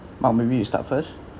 mark maybe you start first yup